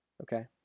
Okay